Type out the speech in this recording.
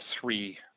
three